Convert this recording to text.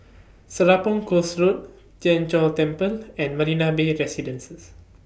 Serapong Course Road Tien Chor Temple and Marina Bay Residences